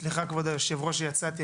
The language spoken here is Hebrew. סליחה כבוד היושב-ראש שיצאתי,